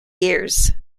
years